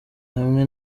hamwe